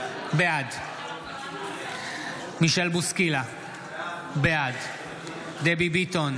בעד מישל בוסקילה, בעד דבי ביטון,